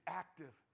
active